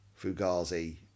Fugazi